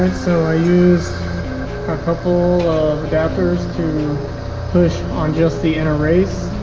so i use a couple of adaptors to push on just the inner race